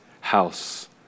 house